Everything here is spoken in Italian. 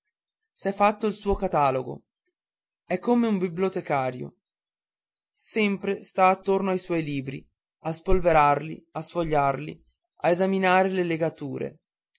combinazioni s'è fatto il suo catalogo è come un bibliotecario sempre sta attorno ai suoi libri a spolverarli a sfogliarli a esaminare le legature